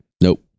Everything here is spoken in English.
Nope